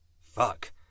Fuck